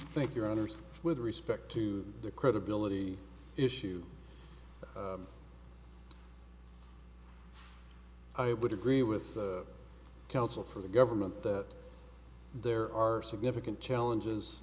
thank your honour's with respect to the credibility issue but i would agree with counsel for the government that there are significant challenges